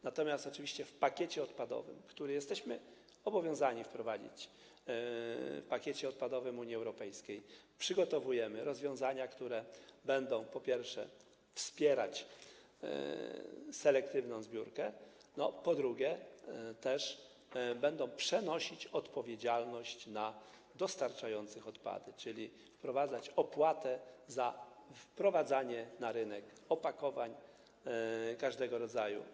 Natomiast oczywiście w pakiecie odpadowym, który jesteśmy obowiązani wprowadzić, w pakiecie odpadowym Unii Europejskiej przygotowujemy rozwiązania, które będą, po pierwsze, wspierać selektywną zbiórkę, a po drugie, przenosić odpowiedzialność na dostarczających odpady, czyli wprowadzać opłatę za wprowadzanie na rynek opakowań każdego rodzaju.